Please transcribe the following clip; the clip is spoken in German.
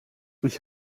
ich